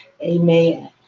amen